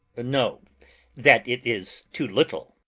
no that it is too little.